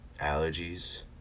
allergies